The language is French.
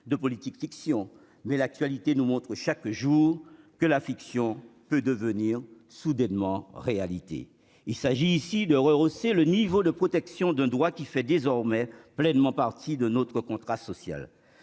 de politique-fiction mais l'actualité nous montre chaque jour que la fiction peut devenir soudainement réalité il s'agit ici de rehausser le niveau de protection de droit qui fait désormais pleinement partie de notre contrat social